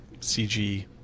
CG